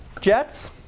jets